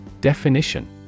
Definition